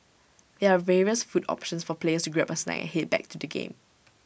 there are various food options for players grab A snack and Head back to the game